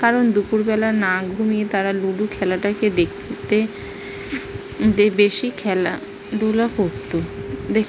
কারণ দুপুরবেলা না ঘুমিয়ে তারা লুডো খেলাটাকে দেখতে বেশি খেলাধূলা করত